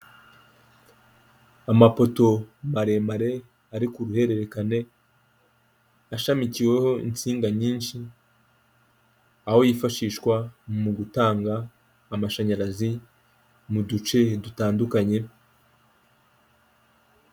Amapoto maremare ari ku ruhererekane, ashamikiweho insinga nyinshi, aho yifashishwa mu gutanga amashanyarazi mu duce dutandukanye,...